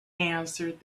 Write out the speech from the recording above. answered